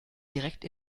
direkt